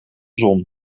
zon